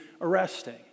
arresting